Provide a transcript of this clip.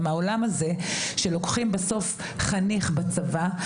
מהעולם הזה שלוקחים בסוף חניך בצבא,